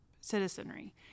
citizenry